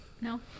No